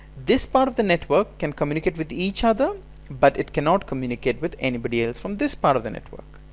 this part of the network can communicate with each other but it cannot communicate with anybody else from this part of the network.